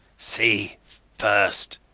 see first.